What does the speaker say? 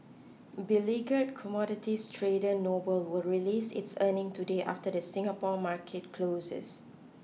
beleaguered commodities trader Noble will release its earnings today after the Singapore market closes